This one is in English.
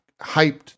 hyped